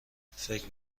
فکر